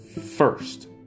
first